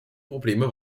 probleme